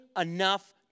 enough